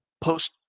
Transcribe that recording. post